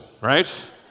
right